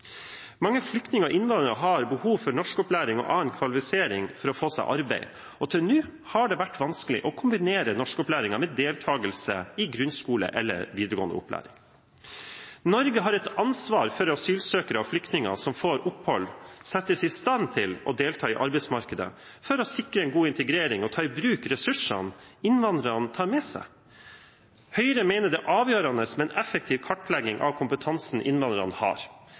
Mange flyktninger og innvandrere har behov for norskopplæring og annen kvalifisering for å få seg arbeid. Til nå har det vært vanskelig å kombinere norskopplæringen med deltakelse i grunnskole eller videregående opplæring. Norge har et ansvar for at asylsøkere og flyktninger som får opphold, settes i stand til å delta i arbeidsmarkedet, for å sikre en god integrering og ta i bruk ressursene innvandrerne tar med seg. Høyre mener det er avgjørende med en effektiv kartlegging av kompetansen innvandrerne har,